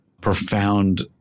profound